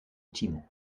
timo